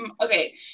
okay